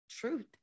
truth